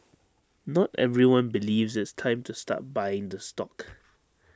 not everyone believes it's time to start buying the stock